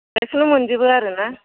गासैबो मोनजोबो आरो ना